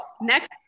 Next